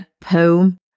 poem